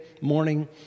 morning